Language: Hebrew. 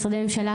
משרדי ממשלה,